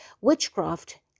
witchcraft